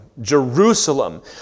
Jerusalem